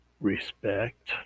Respect